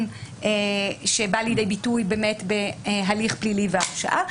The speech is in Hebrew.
שבא לידי ביטוי בהליך פלילי והרשעה,